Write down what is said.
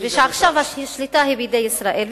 ועכשיו השליטה היא בידי ישראל,